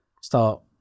start